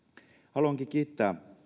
haluankin kiittää